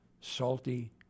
Salty